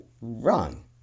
Wrong